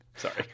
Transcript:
Sorry